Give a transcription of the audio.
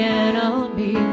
enemy